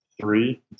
three